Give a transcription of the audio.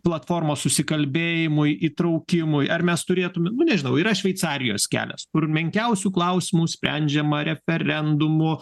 platformos susikalbėjimui įtraukimui ar mes turėtume nu nežinau yra šveicarijos kelias kur menkiausių klausimų sprendžiama referendumu